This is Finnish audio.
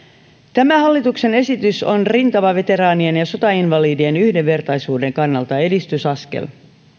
tämä hallituksen esitys on rintamaveteraanien ja sotainvalidien yhdenvertaisuuden kannalta edistysaskel